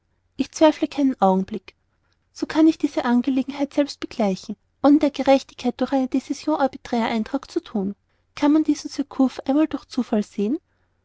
ich zweifle keinen augenblick so kann ich diese angelegenheit selbst begleichen ohne der gerechtigkeit durch eine dcision arbitraire eintrag zu thun kann man diesen surcouf einmal wie durch zufall sehen